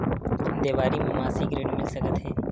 देवारी म मासिक ऋण मिल सकत हे?